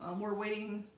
um we're waiting